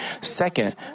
Second